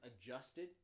adjusted